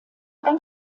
ein